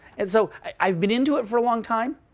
and so i've been into it for a long time.